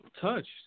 touched